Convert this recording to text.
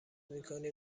میکنی